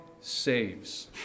saves